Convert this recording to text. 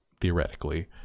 theoretically